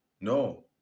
No